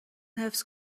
حفظ